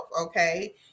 okay